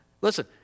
Listen